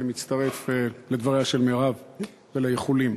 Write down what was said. אני מצטרף לדבריה של מירב ולאיחולים.